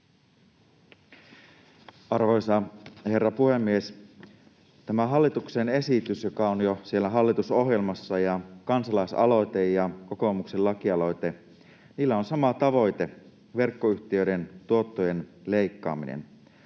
Arvoisa herra puhemies! Tällä hallituksen esityksellä, joka on jo siellä hallitusohjelmassa, ja kansalaisaloitteella ja kokoomuksen lakialoitteella on sama tavoite: verkkoyhtiöiden tuottojen leikkaaminen.